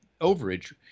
overage